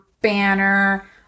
banner